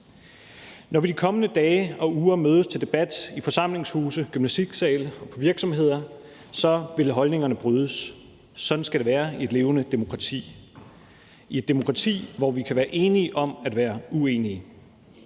Når vi i de kommende dage og uger mødes til debat i forsamlingshuse, gymnastiksale og på virksomheder, vil holdningerne brydes. Sådan skal det være i et levende demokrati – i et demokrati, hvor vi kan være enige om at være uenige,